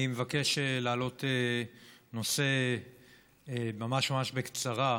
אני מבקש להעלות נושא ממש בקצרה.